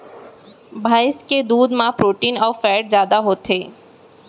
भईंस के दूद म प्रोटीन अउ फैट जादा होथे